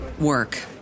work